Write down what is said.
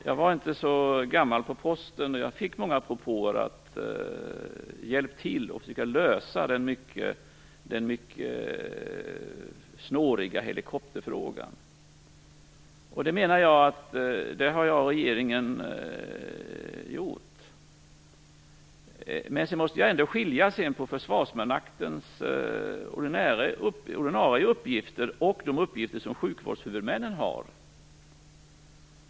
Jag var inte så gammal på posten när jag fick många propåer om hjälp för att lösa den mycket snåriga helikopterfrågan. Det har jag och regeringen gjort. Jag måste ändå skilja på Försvarsmaktens ordinarie uppgifter och de uppgifter som sjukvårdshuvudmännen har.